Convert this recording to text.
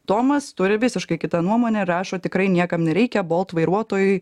tomas turi visiškai kitą nuomonę rašo tikrai niekam nereikia bolt vairuotojui